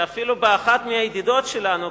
שאפילו באחת מהידידות שלנו,